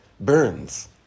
burns